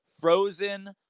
frozen